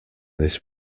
this